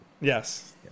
Yes